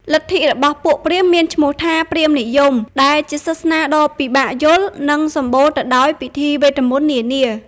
លទ្ធិរបស់ពួកព្រាហ្មណ៍មានឈ្មោះថា “ព្រាហ្មណ៍និយម” ដែលជាសាសនាដ៏ពិបាកយល់ និងសម្បូរទៅដោយពិធីវេទមន្តនានា។